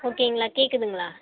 ஓகேங்களா கேட்குதுங்களா